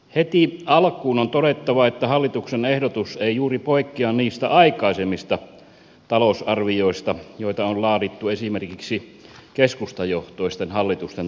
heti alkuun on todettava että hallituksen ehdotus ei juuri poikkea niistä aikaisemmista talousarvioista joita on laadittu esimerkiksi keskustajohtoisten hallitusten toimesta